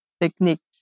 techniques